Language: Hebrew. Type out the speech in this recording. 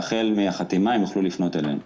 והחל מן החתימה הם יוכלו לפנות אלינו.